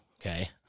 okay